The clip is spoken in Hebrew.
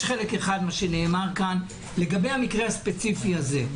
יש חלק אחד לגבי המקרה הספציפי הזה.